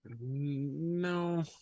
No